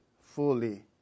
fully